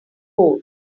board